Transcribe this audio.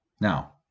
Now